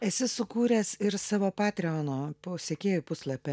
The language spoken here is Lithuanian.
esi sukūręs ir savo patreono po sekėjų puslapį